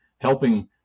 helping